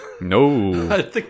No